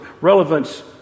relevance